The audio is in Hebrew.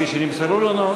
כפי שנמסרו לנו,